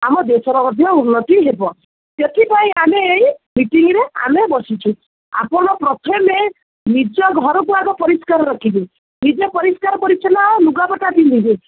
ଆମ ଦେଶର ମଧ୍ୟ ଉନ୍ନତି ହେବ ସେଥିପାଇଁ ଆମେ ଏଇ ମିଟିଙ୍ଗରେ ଆମେ ବସିଛୁ ଆପଣ ପ୍ରଥମେ ନିଜ ଘରକୁ ଆଗ ପରିଷ୍କାର ରଖିବେ ନିଜେ ପରିଷ୍କାର ପରିଚ୍ଛନ୍ନ ଲୁଗାପଟା ପିନ୍ଧିବେ